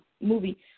movie